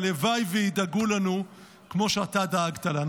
הלוואי שידאגו לנו כמו שאתה דאגת לנו.